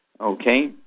Okay